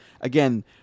again